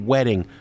Wedding